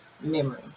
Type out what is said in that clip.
memory